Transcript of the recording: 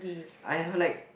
I have like